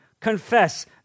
confess